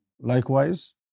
likewise